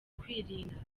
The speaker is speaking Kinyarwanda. kwirinda